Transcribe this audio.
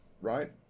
right